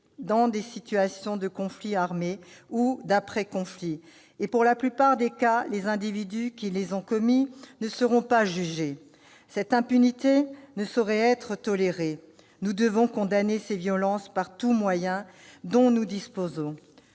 dans des situations de conflit armé ou d'après-conflit et, dans la plupart des cas, les individus qui les ont commis ne seront pas jugés. Cette impunité ne saurait être tolérée. Nous devons condamner ces violences par tout moyen dont nous disposons.